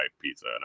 pizza